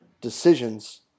decisions